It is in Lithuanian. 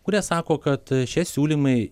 kurie sako kad šie siūlymai